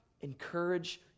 encourage